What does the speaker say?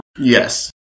Yes